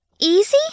easy